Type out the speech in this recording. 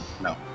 No